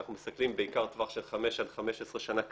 אנחנו מסתכלים בעיקר על טווח של 15-5 שנים קדימה.